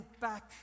back